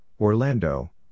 Orlando